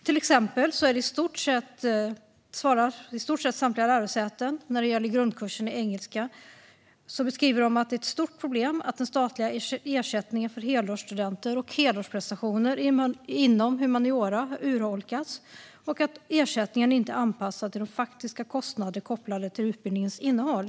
Till exempel beskriver i stort sett samtliga lärosäten när det gäller grundkursen i engelska att det är ett stort problem att den statliga ersättningen för helårsstudenter och helårsprestationer inom humaniora har urholkats och att ersättningen inte är anpassad till de faktiska kostnaderna kopplade till utbildningens innehåll.